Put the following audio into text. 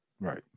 Right